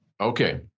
Okay